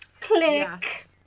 click